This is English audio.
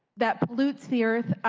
that pollutes the earth.